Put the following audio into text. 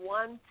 one